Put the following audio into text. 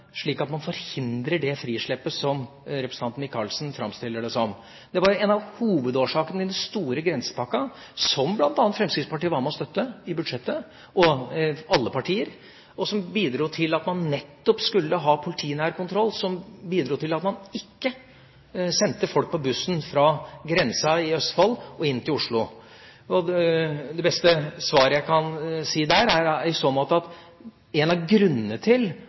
forhindrer det frislippet som representanten Michaelsen framstiller det som. Det var en av hovedårsakene til den store grensepakken, som Fremskrittspartiet – og alle andre partier – var med på å støtte i budsjettet, som bidro til politinær kontroll, og som bidro til at man ikke sendte folk på bussen fra grensen i Østfold og inn til Oslo. Det beste svaret jeg kan gi der, er i så måte at en av grunnene til